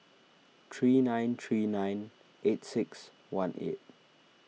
three nine three nine eight six one eight